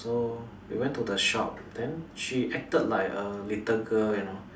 so we went to the shop then she acted like a little girl you know